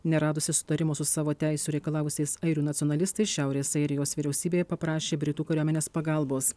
neradusi sutarimo su savo teisių reikalavusiais airių nacionalistais šiaurės airijos vyriausybė paprašė britų kariuomenės pagalbos